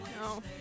No